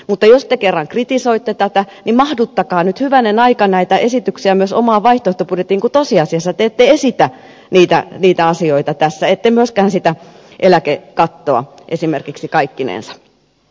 mutta jos te kerran kritisoitte tätä niin mahduttakaa nyt hyvänen aika näitä esityksiä myös omaan vaihtoehtobudjettiinne kun tosiasiassa te ette esitä niitä asioita tässä ette myöskään sitä eläkekattoa esimerkiksi kaikkinensa